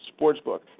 Sportsbook